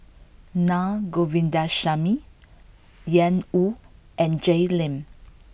Naa Govindasamy Ian Woo and Jay Lim